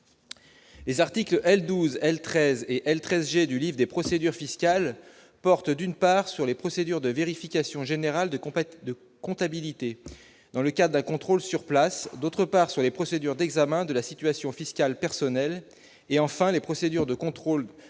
et elle 13 j'ai du Live, des procédures fiscales portent d'une part sur les procédures de vérification générale de compèt de comptabilité dans le cas d'un contrôle sur place, d'autre part sur les procédures d'examen de la situation fiscale personnelle et enfin les procédures de contrôle de compèt